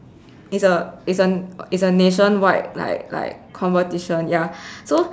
is a is a nation wide like like competition ya so